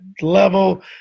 level